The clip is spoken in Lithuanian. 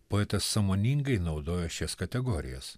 poetas sąmoningai naudoja šias kategorijas